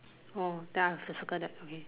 orh then I have to circle that okay